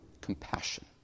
compassion